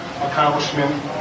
accomplishment